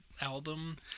album